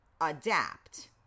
adapt